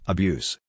Abuse